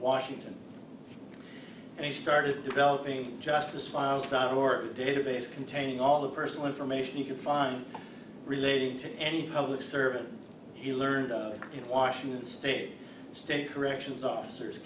washington and they started developing justice files or database containing all the personal information you could find relating to any public servant he learned in washington state state corrections officers